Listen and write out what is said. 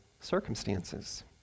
circumstances